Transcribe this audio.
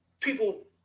people